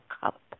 cup